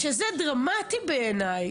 זה דרמטי בעיניי.